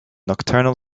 nocturnal